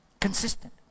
consistent